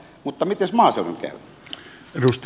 mutta mites maaseudun käy